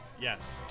Yes